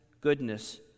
goodness